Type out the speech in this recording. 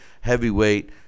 heavyweight